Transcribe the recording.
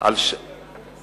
על שמו של ראש העיר.